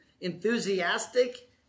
enthusiastic